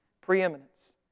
preeminence